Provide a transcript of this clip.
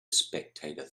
spectator